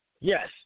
Yes